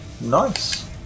Nice